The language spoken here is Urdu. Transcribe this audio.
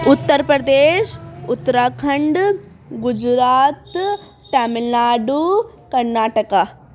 اتر پردیش اترا کھنڈ گجرات تامل ناڈو کرناٹکا